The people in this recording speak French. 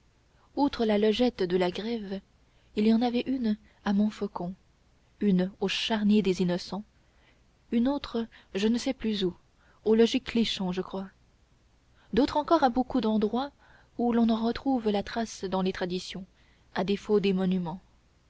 outre la logette de la grève il y en avait une à montfaucon une au charnier des innocents une autre je ne sais plus où au logis clichon je crois d'autres encore à beaucoup d'endroits où l'on en retrouve la trace dans les traditions à défaut des monuments